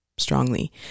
strongly